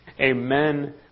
Amen